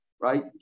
Right